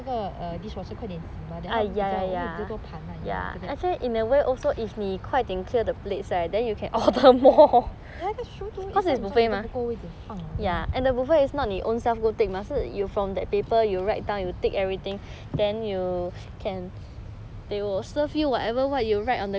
那个 dishwasher 快点洗 mah then 他们比较不会这么多盘 you know ya after that ya that's true too cause 因为桌子都不够位子放 liao